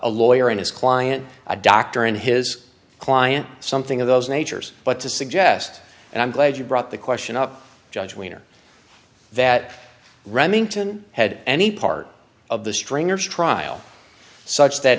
a lawyer and his client a doctor and his client something of those natures but to suggest and i'm glad you brought the question up judge when or that remington had any part of the stringers trial such that